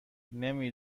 نمی